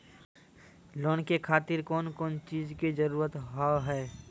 Loan के खातिर कौन कौन चीज के जरूरत हाव है?